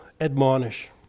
admonish